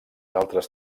altres